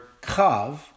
kav